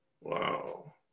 Wow